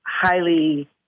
highly